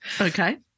Okay